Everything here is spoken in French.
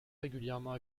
régulièrement